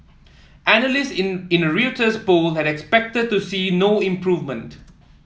analysts in in a Reuters poll had expected to see no improvement